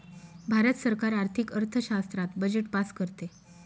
भारत सरकार आर्थिक अर्थशास्त्रात बजेट पास करते